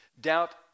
doubt